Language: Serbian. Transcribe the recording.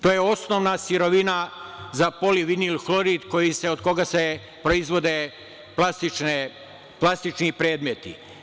To je osnovna sirovina za polivinil hlorid od koga se proizvode plastični predmeti.